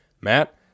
Matt